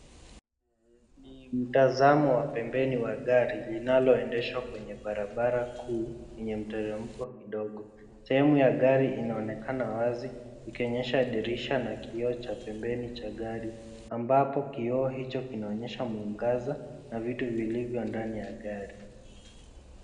Ni mtazamo wa pembeni wa gari linaloendeshwa kwenye barabara kuu yenye mteremko kidogo. Sehemu ya gari inaonekana wazi ikionyesha dirisha na kioo cha pembeni cha gari ambapo kioo hicho kinaonyesha mwangaza vitu vilivyo ndani ya gari.